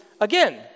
again